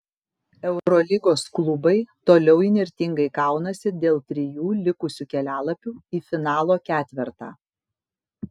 eurolygos klubai toliau įnirtingai kaunasi dėl trijų likusių kelialapių į finalo ketvertą